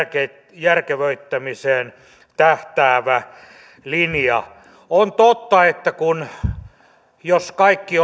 järkevöittämiseen tähtäävä linja on totta että jos kaikki